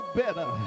better